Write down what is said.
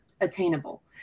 attainable